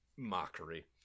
Mockery